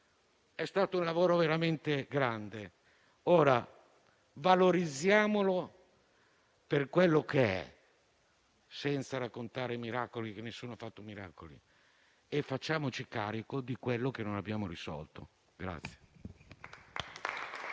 è stato un lavoro veramente grande. Ora valorizziamolo per quello che è, senza parlare di miracoli, perché nessuno ha fatto miracoli, e facciamoci carico di quello che non abbiamo risolto.